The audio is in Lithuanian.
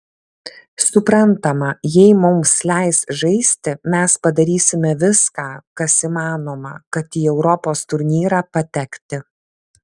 suprantama jei mums leis žaisti mes padarysime viską kas įmanoma kad į europos turnyrą patekti